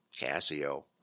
Casio